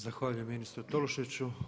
Zahvaljujem ministru Tolušiću.